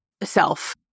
self